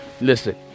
Listen